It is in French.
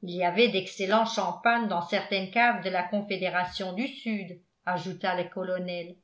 il y avait d'excellent champagne dans certaines caves de la confédération du sud ajouta le colonel